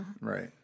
Right